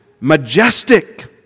majestic